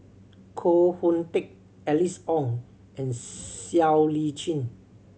Koh Hoon Teck Alice Ong and Siow Lee Chin